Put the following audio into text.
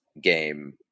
game